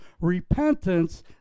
repentance